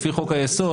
לפי חוק היסוד,